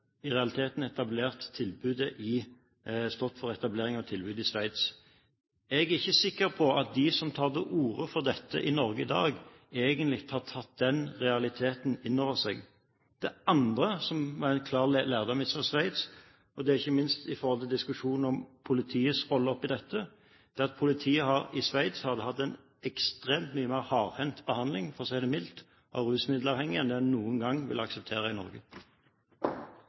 stått for etableringen av tilbudet i Sveits. Jeg er ikke sikker på at de som tar til orde for dette i Norge i dag, egentlig har tatt den realiteten inn over seg. Det andre som er en klar lærdom fra Sveits, ikke minst med tanke på diskusjonen om politiets rolle i dette, er at politiet i Sveits har hatt en ekstremt mye mer hardhendt behandling, for å si det mildt, av rusmiddelavhengige enn det vi noen gang vil akseptere i Norge.